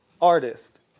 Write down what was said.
artist